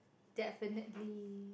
definitely